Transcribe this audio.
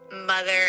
Mother